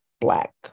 Black